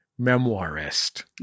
memoirist